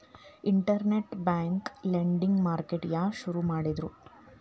Internet bank lending market ಯಾರ್ ಶುರು ಮಾಡಿದ್ರು?